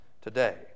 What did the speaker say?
today